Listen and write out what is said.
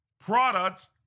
products